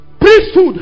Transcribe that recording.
priesthood